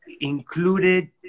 included